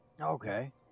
Okay